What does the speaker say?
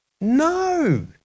No